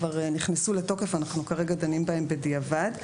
כבר נכנסו לתוקף ואנחנו כרגע דנים בהן בדיעבד.